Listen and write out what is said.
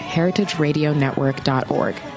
heritageradionetwork.org